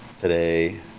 today